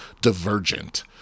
Divergent